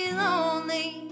lonely